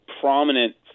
prominent